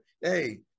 hey